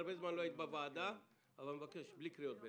הרבה זמן לא היית בוועדה אבל אני מבקש: בלי קריאות ביניים.